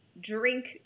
drink